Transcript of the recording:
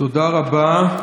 תודה רבה.